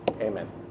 amen